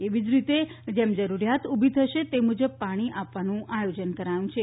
એવી જ રીતે જેમ જરૂરિયાત ઉભી થશે એ મુજબ પાણી આપવાનું આયોજન કરાયું છે